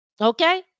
okay